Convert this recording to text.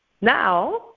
now